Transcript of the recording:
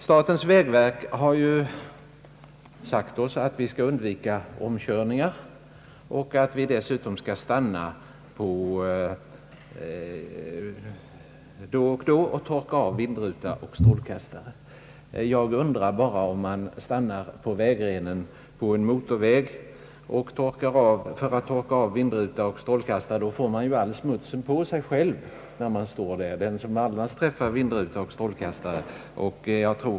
Statens vägverk har rekommenderat oss att undvika omkörningar och dessutom att vi skall stanna då och då och torka av vindruta och strålkastare. Men om man stannar på vägrenen till en motorväg för att göra detta, får man där all den smuts på sig själv som annars skulle träffa vindruta och strålkastare.